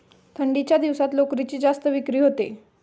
थंडीच्या दिवसात लोकरीची जास्त विक्री होते